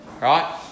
Right